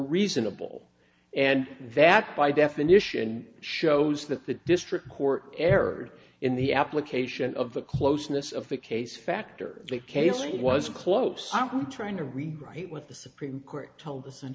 reasonable and that by definition shows that the district court errored in the application of the closeness of the case factor that caylee was close i'm trying to read right what the supreme court told